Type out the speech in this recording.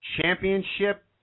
championship